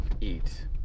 eat